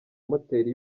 moteri